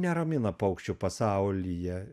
neramina paukščių pasaulyje